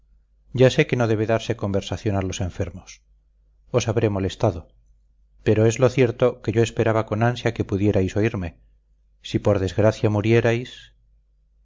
ya sé que no debe darse conversación a los enfermos os habré molestado pero es lo cierto que yo esperaba con ansia que pudierais oírme si por desgracia murierais